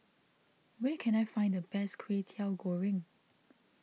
where can I find the best Kway Teow Goreng